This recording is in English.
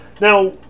Now